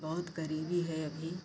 बहुत गरीबी है अभी